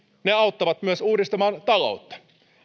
toimet auttavat myös uudistamaan taloutta